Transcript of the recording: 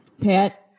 Pat